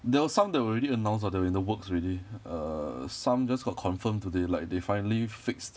there were some that were already announced that they are in the works already err some just got confirmed today like they finally fixed